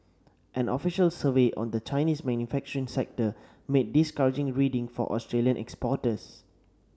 an official survey on the Chinese manufacturing sector made discouraging reading for Australian exporters